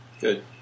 Good